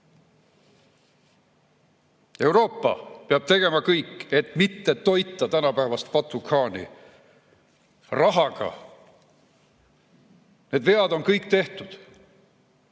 Euroopa peab tegema kõik, et mitte toita tänapäevast Batu-khaani rahaga. Need vead on kõik tehtud.